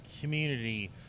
community